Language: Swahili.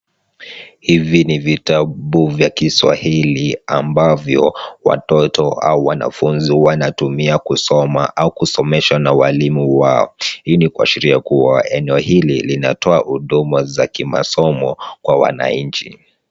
Hivi ni vitabu vya Kiswahili ambavyo watoto au wanafunzi wanatumia kusoma au kusomeshwa na walimu wao. Hii ni kuashiria kuwa eneo hili zinatoa huduma za kimasomo kwa wananchi.